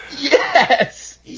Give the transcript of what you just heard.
Yes